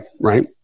right